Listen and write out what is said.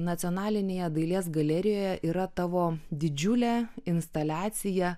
nacionalinėje dailės galerijoje yra tavo didžiulė instaliacija